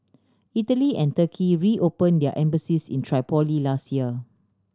Italy and Turkey reopen their embassies in Tripoli last year